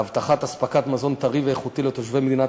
להבטחת אספקת מזון טרי ואיכותי לתושבי מדינת